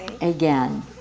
again